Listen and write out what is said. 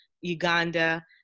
Uganda